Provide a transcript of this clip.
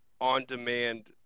on-demand